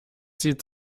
zieht